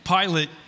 Pilate